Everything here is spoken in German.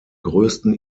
größten